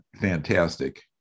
fantastic